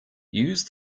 use